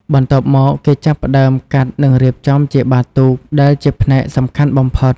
បន្ទាប់មក គេចាប់ផ្តើមកាត់និងរៀបចំជាបាតទូក ដែលជាផ្នែកសំខាន់បំផុត។